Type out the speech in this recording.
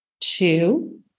two